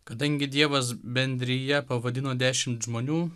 kadangi dievas bendrija pavadino dešimt žmonių